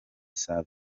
savio